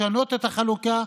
לשנות את החלוקה.